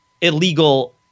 illegal